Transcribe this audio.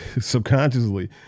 subconsciously